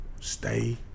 stay